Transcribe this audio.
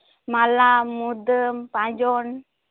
ᱢᱟᱞᱟ ᱢᱩᱫᱟᱹᱢ ᱯᱟᱸᱡᱚᱱ